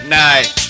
night